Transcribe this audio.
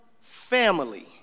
family